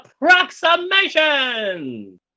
Approximation